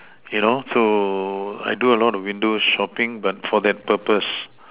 you know so I do a lot of window shopping but for that purpose